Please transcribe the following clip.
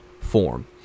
form